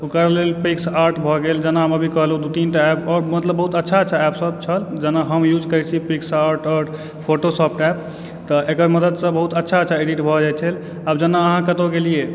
ओकरा लेल PicsArt भऽगेल जेना हम अभी कहलहुँ दू तीनटा एप पर मतलब बहुत अच्छा अच्छा एपसभ छल जेना हम यूज करैत छी पिक्स आर्ट आओर फोटोशॉपसे तऽ एकर मददसँ बहुत अच्छा अच्छा एडिट भऽ जाइ छै आब जेना अहाँ कतहुँ गेलियै